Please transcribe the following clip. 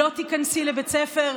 לא תיכנסי לבית ספר,